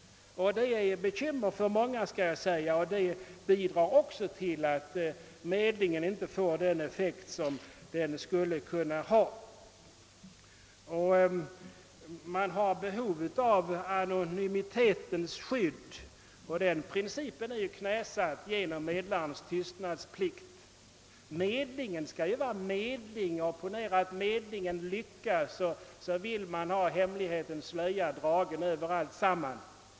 Detta är ett bekymmer för många och det bidrar också till att medlingen inte får den effekt som den skulle kunna ha. Man har kanske behov av anonymitetens skydd och den principen är ju knäsatt genom medlarens tystnadsplikt. Medlingen skall ju verkligen vara medling. Ponera att medlingen lyckas, då vill man dra hemlighetens slöja över alltsammans.